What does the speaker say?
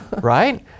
right